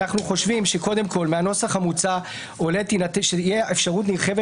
מהנוסח המוצע עולה שתהיה אפשרות נרחבת